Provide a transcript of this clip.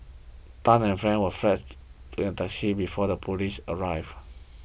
Tan and friends were fled in a taxi before the police arrived